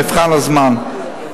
מבחן הזמן.